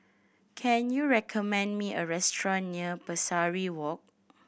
can you recommend me a restaurant near Pesari Walk